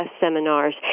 seminars